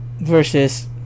versus